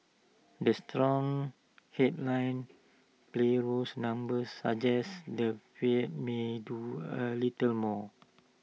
the strong headline play rolls numbers suggest the fed may do A little more